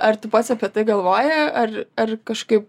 ar tu pats apie tai galvoji ar ar kažkaip